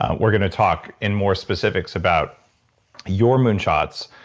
ah we're going to talk in more specifics about your moonshots,